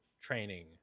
training